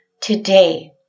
today